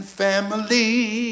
family